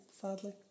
sadly